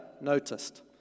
noticed